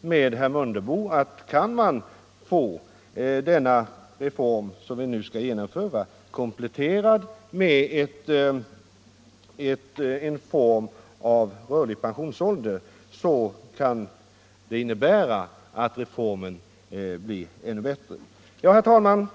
med herr Mundebo i att det skulle bli ännu bättre om den reform som nu skall genomföras kompletteras med en form av rörlig pensionsålder. Herr talman!